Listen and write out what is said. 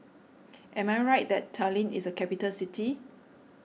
am I right that Tallinn is a capital city